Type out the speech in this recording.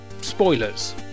spoilers